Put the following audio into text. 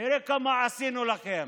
תראה כמה עשינו לכם.